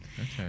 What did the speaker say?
Okay